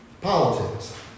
politics